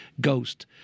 Ghost